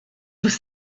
was